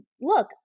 look